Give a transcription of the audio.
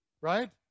right